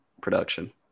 production